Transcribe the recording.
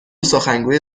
سخنگوی